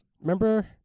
remember